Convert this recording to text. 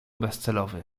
bezcelowy